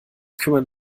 kümmern